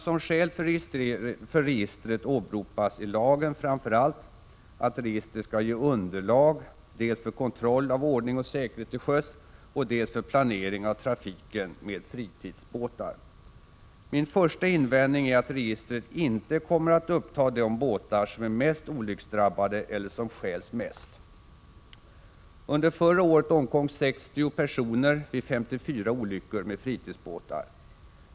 Som skäl för registret åberopas i lagen framför allt att registret skall ge underlag dels för kontroll av ordning och säkerhet till sjöss, dels för planering av trafiken med fritidsbåtar. Min första invändning är att registret inte kommer att uppta de båtar som är mest olycksdrabbade eller som stjäls mest. Under förra året omkom 60 personer vid 54 olyckor med fritidsbåtar.